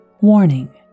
Warning